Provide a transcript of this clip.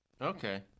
Okay